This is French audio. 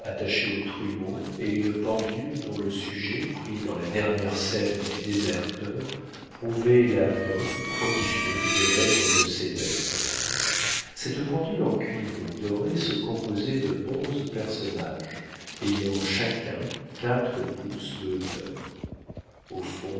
attachées au trumeau et une pendule dont le sujet pris dans la dernière scène du déserteur prouvait la vogue prodigieuse de l'œuvre de sédaine cette pendule en cuivre doré se composait de onze personnages ayant chacun quatre pouces de hauteur au fond